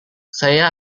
saya